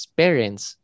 parents